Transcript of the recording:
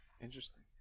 interesting